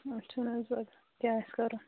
کیٛاہ آسہِ کَرُن